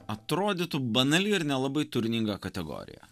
atrodytų banali ir nelabai turininga kategorija